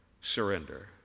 surrender